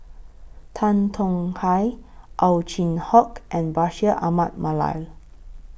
Tan Tong Hye Ow Chin Hock and Bashir Ahmad Mallal